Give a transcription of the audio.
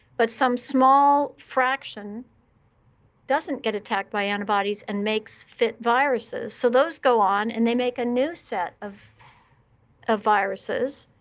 but some small fraction doesn't get attacked by antibodies and makes fit viruses. so those go on, and they make a new set of ah viruses.